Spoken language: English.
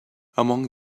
among